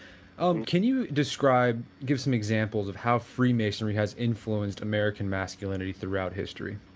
um can you describe give some examples of how free masonry has influenced american masculinity throughout history?